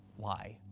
why?